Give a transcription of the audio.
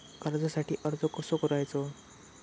कर्जासाठी अर्ज कसो करायचो?